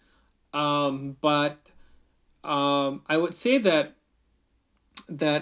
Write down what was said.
um but um I would say that that